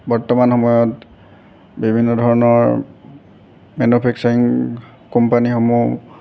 বৰ্তমান সময়ত বিভিন্ন ধৰণৰ মেনুফেক্সাৰিং কোম্পানীসমূহ